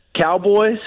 Cowboys